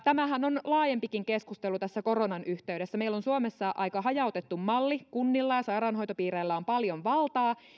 tämähän on laajempikin keskustelu tässä koronan yhteydessä meillä on suomessa aika hajautettu malli kunnilla ja sairaanhoitopiireillä on paljon valtaa